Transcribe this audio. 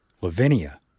Lavinia